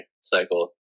cycle